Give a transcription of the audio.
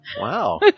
Wow